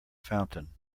fountain